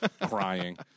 crying